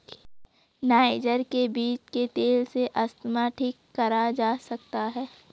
niger के बीज के तेल से अस्थमा ठीक करा जा सकता है